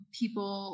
people